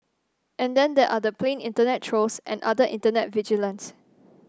and then there are the plain internet trolls and other internet vigilantes